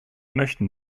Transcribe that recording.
möchten